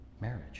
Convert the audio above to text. marriage